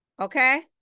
Okay